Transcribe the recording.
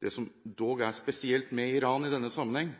det som dog er spesielt med Iran i denne sammenheng,